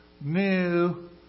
New